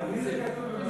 על מי זה כתוב